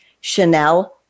Chanel